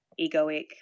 egoic